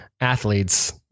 athletes